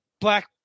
black